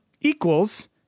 equals